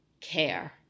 care